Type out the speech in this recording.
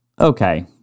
okay